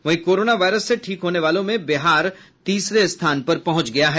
वहीं corona virus से ठीक होने वालों में बिहार तीसरे स्थान पर पहुंच गया है